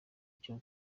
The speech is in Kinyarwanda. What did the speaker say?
cyo